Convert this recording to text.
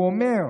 הוא אומר.